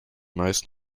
meist